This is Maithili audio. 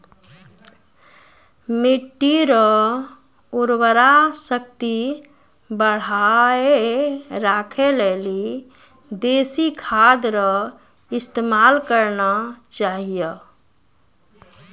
मिट्टी रो उर्वरा शक्ति बढ़ाएं राखै लेली देशी खाद रो इस्तेमाल करना चाहियो